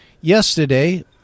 Yesterday